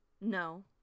No